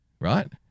Right